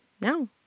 No